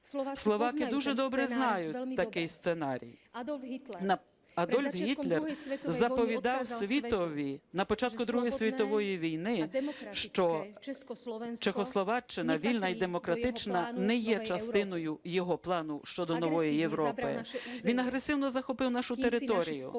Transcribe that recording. Словаки дуже добре знають такий сценарій. Адольф Гітлер заповідав світові на початку Другої світової війни, що Чехословаччина, вільна і демократична, не є частиною його плану щодо нової Європи. Він агресивно захопив нашу територію,